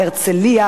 הרצלייה,